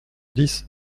dix